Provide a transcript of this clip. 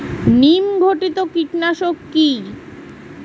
নিম ঘটিত কীটনাশক কি?